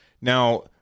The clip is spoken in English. Now